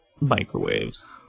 microwaves